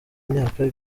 imyaka